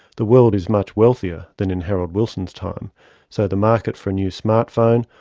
the world is much wealthier than in harold wilson's time so the market for a new smart phone,